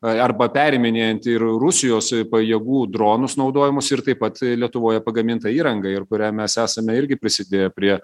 arba perminėjent ir rusijos pajėgų dronus naudojamus ir taip pat lietuvoje pagamintą įrangą ir kuria mes esame irgi prisidėję prie